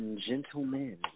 Gentlemen